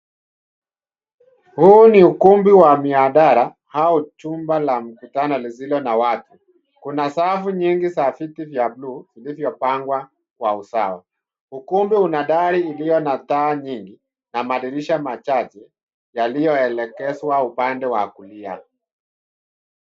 Huu ni ukumbi wa mihadhara au chumba la mikutano lisilo na watu. Kuna safu nyingi za viti vya buluu vilivyopangwa kwa usawa. Ukumbi una dari iliyo na taa nyingi na madirisha machache yaliyoelekezwa upande wa kulia.